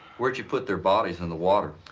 where'd you put their bodies in the water?